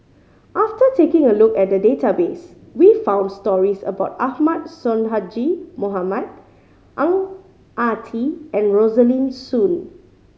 after taking a look at the database we found stories about Ahmad Sonhadji Mohamad Ang Ah Tee and Rosaline Soon